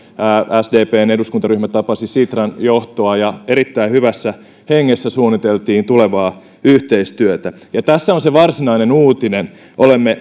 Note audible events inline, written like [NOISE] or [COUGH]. sdpn eduskuntaryhmä tapasi sitran johtoa ja erittäin hyvässä hengessä suunniteltiin tulevaa yhteistyötä ja tässä on se varsinainen uutinen olemme [UNINTELLIGIBLE]